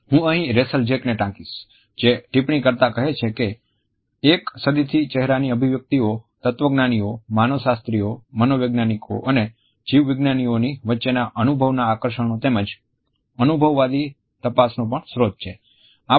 હું અહીં Rachael Jack ને ટાંકીશ જે ટિપ્પણી કરતા કહે છે કે "એક સદીથી ચહેરાની અભિવ્યક્તિઓ તત્વજ્ઞાનીઓ માનસશાસ્ત્રીઓ મનોવૈજ્ઞાનિકો અને જીવવિજ્ઞાનીઓની વચ્ચેના અનુભવના આકર્ષણનો તેમજ અનુભવવાદી તપાસનો પણ સ્ત્રોત છે"